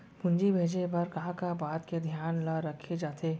पूंजी भेजे बर का का बात के धियान ल रखे जाथे?